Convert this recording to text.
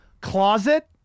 closet